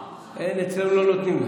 אין, אצלנו לא נותנים.